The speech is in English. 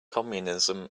communism